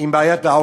עם בעיית העוני.